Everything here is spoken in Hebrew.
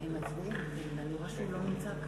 גברתי היושבת-ראש, חברי חברי הכנסת,